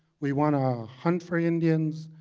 we want to hunt for indians,